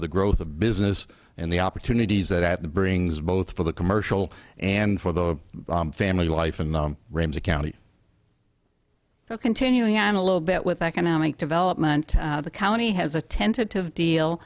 the growth of business and the opportunities that at the brings both for the commercial and for the family life in the ramsey county the continuing on a little bit with economic development the county has a tentative deal